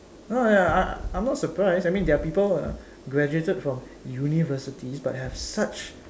no ya I'm not surprised I mean there are people ah graduated from universities but have such